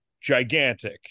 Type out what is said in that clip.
gigantic